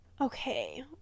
okay